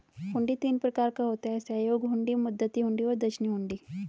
हुंडी तीन प्रकार का होता है सहयोग हुंडी, मुद्दती हुंडी और दर्शनी हुंडी